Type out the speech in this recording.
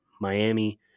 Miami